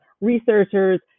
researchers